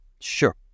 Sure